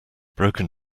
broken